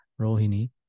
Rohini